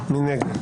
מי נגד?